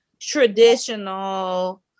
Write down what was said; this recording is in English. traditional